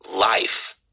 life